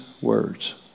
words